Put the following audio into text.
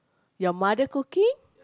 your mother cooking